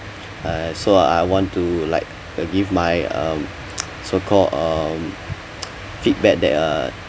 uh and so I want to like uh give my um so called um feedback that uh